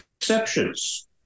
exceptions